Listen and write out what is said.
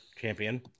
champion